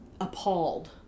appalled